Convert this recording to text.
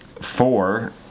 four